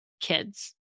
kids